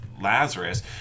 Lazarus